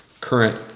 current